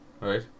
right